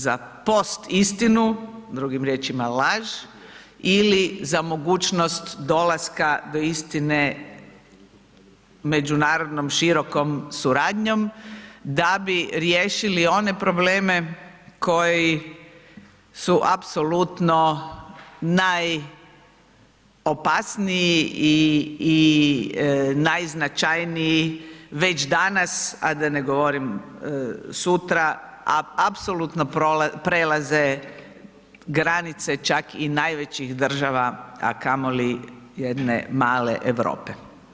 Za post-istinu, drugim riječima laž ili za mogućnost dolaska do istine međunarodnom širokom suradnjom da bi riješili one probleme koji su apsolutno najopasniji i najznačajniji već danas, a da ne govorim sutra, apsolutno prelaze graniče čak i najvećih država, a kamoli jedne male Europe.